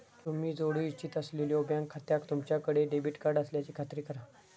तुम्ही जोडू इच्छित असलेल्यो बँक खात्याक तुमच्याकडे डेबिट कार्ड असल्याची खात्री करा